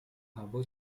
هوا